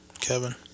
Kevin